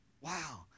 Wow